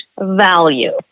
value